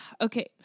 okay